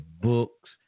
books